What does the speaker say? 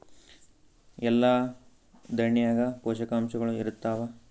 ಎಲ್ಲಾ ದಾಣ್ಯಾಗ ಪೋಷಕಾಂಶಗಳು ಇರತ್ತಾವ?